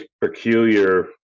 peculiar